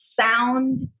sound